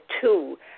two